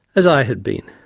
as i had been.